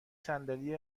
صندلی